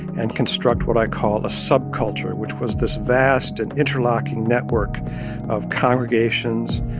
and construct what i call a subculture, which was this vast and interlocking network of congregations,